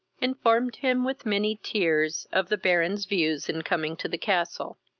informed him, with many tears, of the baron's views in coming to the castle.